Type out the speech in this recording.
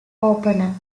opener